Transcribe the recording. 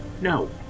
No